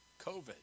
covid